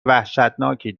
وحشتناکی